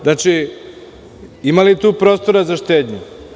Znači, ima li tu prostora za štednju?